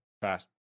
fast